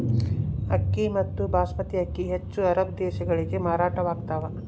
ಅಕ್ಕಿ ಮತ್ತು ಬಾಸ್ಮತಿ ಅಕ್ಕಿ ಹೆಚ್ಚು ಅರಬ್ ದೇಶಗಳಿಗೆ ಮಾರಾಟವಾಗ್ತಾವ